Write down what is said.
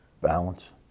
Balance